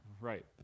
Right